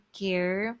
care